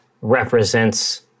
represents